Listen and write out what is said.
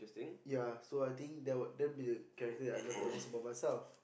ya so I think there would that be a characteristic I love the most about myself